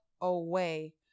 away